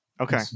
Okay